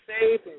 safe